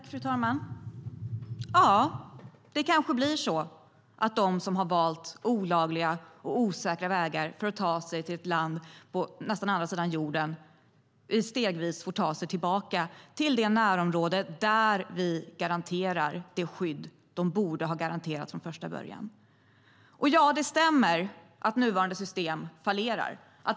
Fru talman! Ja, det kanske blir så att de som har valt olagliga och osäkra vägar för att ta sig till ett land nästan på andra sidan jorden stegvis får ta sig tillbaka till det som var deras närområde, där vi garanterar det skydd de borde ha garanterats från första början. Och ja, det stämmer att nuvarande system fallerar.